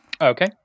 okay